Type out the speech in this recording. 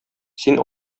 син